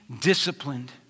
disciplined